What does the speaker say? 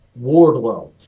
Wardlow